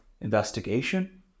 investigation